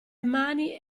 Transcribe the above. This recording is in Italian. mani